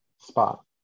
spot